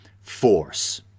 force